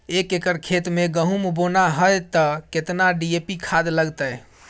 एक एकर खेत मे गहुम बोना है त केतना डी.ए.पी खाद लगतै?